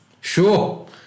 Sure